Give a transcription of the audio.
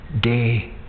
day